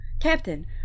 Captain